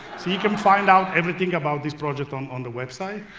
so you can find out everything about this project on on the website.